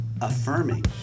affirming